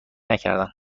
نکردم